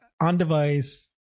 on-device